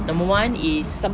number one is